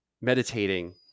meditating